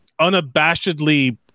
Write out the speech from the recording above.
unabashedly